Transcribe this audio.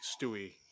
Stewie